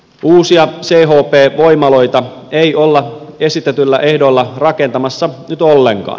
uusia chp voimaloita ei olla esitetyillä ehdoilla rakentamassa nyt ollenkaan